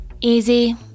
Easy